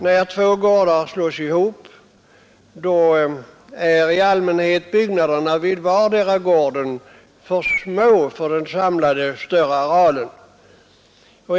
När två gårdar slås ihop är i allmänhet byggnaderna vid vardera gården för små för den samlade större arealen.